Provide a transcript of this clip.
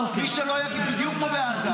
בדיוק כמו בעזה.